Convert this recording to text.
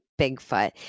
Bigfoot